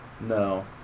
No